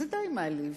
זה די מעליב.